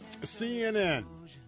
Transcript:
CNN